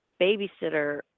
babysitter